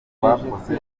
rwakoze